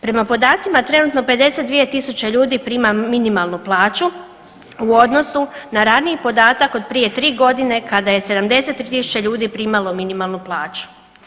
Prema podacima trenutno 52.000 ljudi prima minimalnu plaću u odnosu na raniji podatak od prije 3.g. kada je 73.000 ljudi primalo minimalnu plaću.